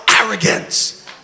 arrogance